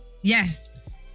Yes